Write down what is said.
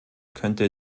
könnte